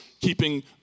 keeping